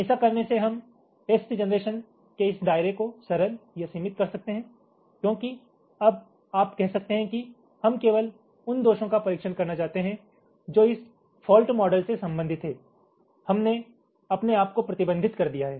ऐसा करने से हम टेस्ट जनरेशन के इस दायरे को सरल या सीमित कर सकते हैं क्योंकि अब आप कह सकते हैं कि हम केवल उन दोषों का परीक्षण करना चाहते हैं जो इस फॉल्ट मॉडल से संबंधित हैं हमने अपने आप को प्रतिबंधित कर दिया है